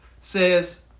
says